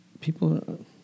people